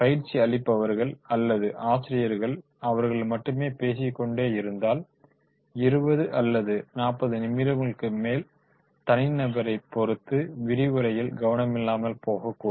பயிற்சி அளிப்பவர்கள் அல்லது ஆசிரியர்கள் அவர்கள் மட்டுமே பேசிக் கொண்டே இருந்தால் 20 அல்லது 40 நிமிடங்களுக்கு மேல் தனி நபரைப் பொறுத்து விரிவுரையில் கவனமில்லாமல் போகக்கூடும்